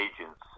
agents